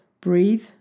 Breathe